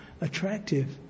attractive